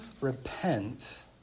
repent